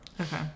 Okay